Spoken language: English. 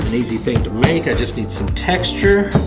and easy thing to make. i just need some texture.